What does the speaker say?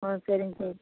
ஆ சரிங்க சார்